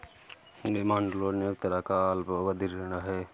demand loan एक तरह का अल्पावधि ऋण है